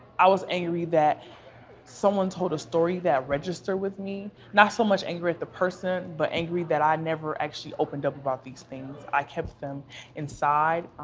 i was angry that someone told a story that registered with me. not so much angry at the person, but angry that i never actually opened up about these things i kept them inside.